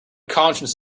conscience